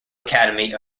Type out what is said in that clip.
academy